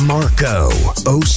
Marco